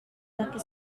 laki